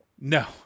No